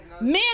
men